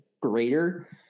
greater